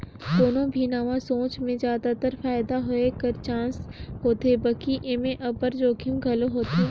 कोनो भी नावा सोंच में जादातर फयदा होए कर चानस होथे बकि एम्हें अब्बड़ जोखिम घलो होथे